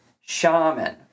shaman